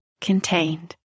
contained